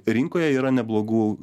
rinkoje yra neblogų